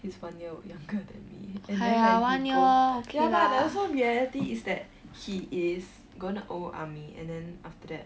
he's one new younger than me and then when he go ya but then also in reality is that he is gonna go army and then after that